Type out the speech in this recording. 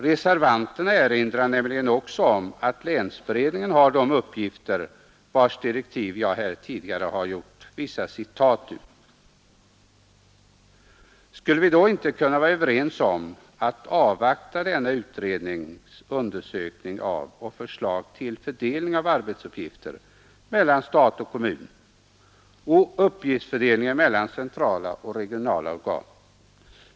Reservanterna erinrar nämligen också om att länsberedningen har de uppgifter som framgår av de direktiv jag här tidigare gjort vissa citat ur. Skulle vi då inte kunna vara överens om att avvakta denna utrednings undersökning och förslag till fördelning av arbetsuppgifter mellan stat och kommun och uppgiftsfördelningen mellan centrala och regionala organ?